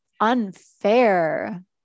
unfair